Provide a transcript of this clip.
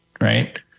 right